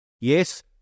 Yes